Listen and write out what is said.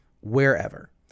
wherever